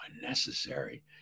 unnecessary